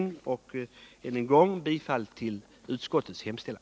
Jag yrkar än en gång bifall till utskottets hemställan.